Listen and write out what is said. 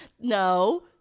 No